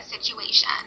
situation